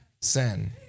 sin